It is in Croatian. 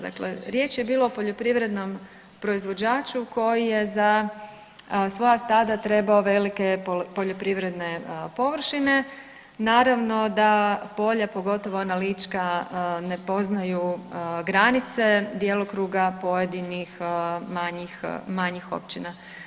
Dakle, riječ je bilo o poljoprivrednom proizvođaču koji je za svoja stada trebao velike poljoprivredne površine, naravno da polja pogotovo ona lička ne poznaju granice djelokruga pojedinih manjih općina.